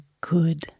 good